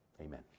Amen